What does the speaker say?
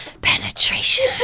Penetration